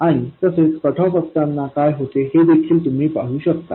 आणि तसेच cut off असताना काय होते हे देखील तुम्ही पाहू शकता